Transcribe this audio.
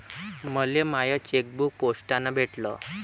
मले माय चेकबुक पोस्टानं भेटल